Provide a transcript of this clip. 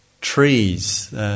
trees